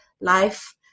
life